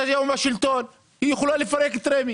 היום בשלטון היא יכולה לפרק את רמ"י.